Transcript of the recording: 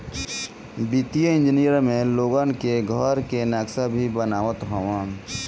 वित्तीय इंजनियर में लोगन के घर कअ नक्सा भी बनावत हवन